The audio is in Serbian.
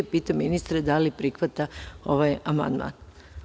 Pitam ministra da li prihvata ovaj amandman?